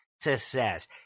success